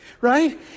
right